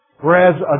whereas